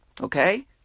Okay